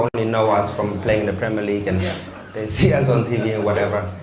i mean know us from playing the premier league, and they see us on tv or whatever.